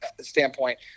standpoint